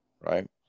right